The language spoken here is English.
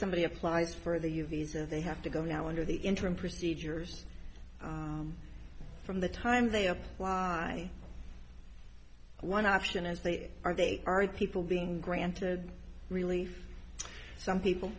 somebody applies for the u visa they have to go now under the interim procedures from the time they apply one option as they are they are people being granted really for some people